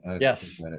Yes